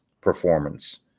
performance